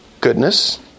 goodness